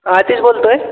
हां आतिश बोलतो आहे